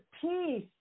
peace